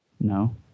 No